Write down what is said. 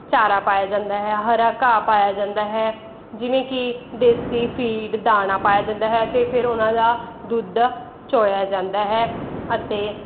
ਚਾਰਾ ਪਾਇਆ ਜਾਂਦਾ ਹੈ ਹਰਾ ਘਾਹ ਪਾਇਆ ਜਾਂਦਾ ਹੈ ਜਿਵੇਂ ਕਿ ਦੇਸੀ ਫੀਡ ਦਾਣਾ ਪਾਇਆ ਜਾਂਦਾ ਹੈ ਅਤੇ ਫਿਰ ਉਹਨਾਂ ਦਾ ਦੁੱਧ ਚੋਇਆ ਜਾਂਦਾ ਹੈ ਅਤੇ